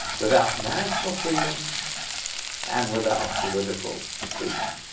without national freedom and without political freedom.